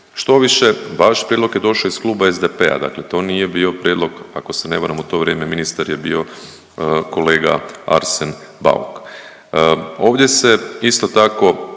Štoviše vaš prijedlog je došao iz Kluba SDP-a, dakle to nije bio prijedlog ako se ne varam u to vrijeme ministar je bio kolega Arsen Bauk. Ovdje se isto tako